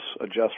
adjust